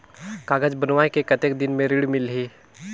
कागज बनवाय के कतेक दिन मे ऋण मिलही?